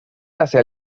hacia